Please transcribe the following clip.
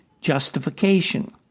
justification